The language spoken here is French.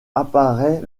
apparaît